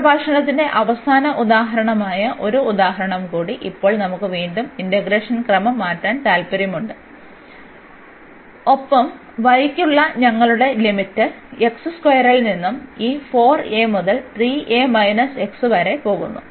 ഈ പ്രഭാഷണത്തിന്റെ അവസാന ഉദാഹരണമായ ഒരു ഉദാഹരണം കൂടി ഇപ്പോൾ നമുക്ക് വീണ്ടും ഇന്റഗ്രേഷൻ ക്രമം മാറ്റാൻ താൽപ്പര്യമുണ്ട് ഒപ്പം y യ്ക്കുള്ള ഞങ്ങളുടെ ലിമിറ്റ് x സ്ക്വയറിൽ നിന്ന് ഈ 4 a മുതൽ 3 a മൈനസ് x വരെ പോകുന്നു